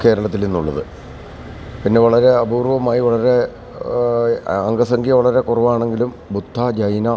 കേരളത്തിൽ ഇന്നുള്ളത് പിന്നെ വളരെ അപൂർവമായി വളരെ അംഗ സംഖ്യ വളരെ കുറവാണ് എങ്കിലും ബുദ്ധ ജൈന